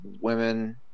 women